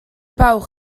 pauw